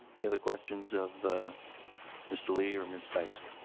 any other questions of mr. lee or miss tyson?